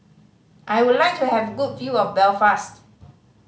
I would like to have a good view of Belfast